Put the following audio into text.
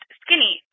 skinny